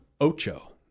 ocho